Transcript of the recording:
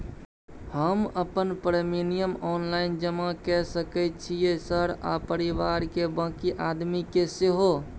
हम अपन premium online जमा के सके छियै सर आ परिवार के बाँकी आदमी के सेहो?